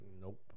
Nope